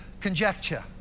conjecture